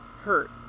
hurt